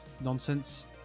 nonsense